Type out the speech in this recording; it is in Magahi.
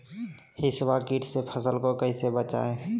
हिसबा किट से फसल को कैसे बचाए?